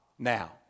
Now